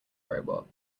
robot